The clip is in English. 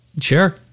Sure